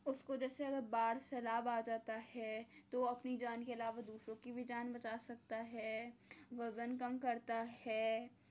اس کو جیسے اگر باڑھ سیلاب جب آ جاتا ہے تو اپنی جان کے علاوہ دوسروں کی بھی جان بچا سکتا ہے وزن کم کرتا ہے